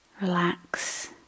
relax